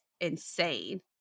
insane